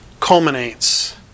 culminates